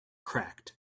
cracked